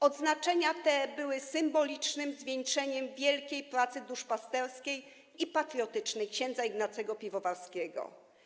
Odznaczenia te były symbolicznym zwieńczeniem wielkiej pracy duszpasterskiej i patriotycznej ks. Ignacego Piwowarskiego.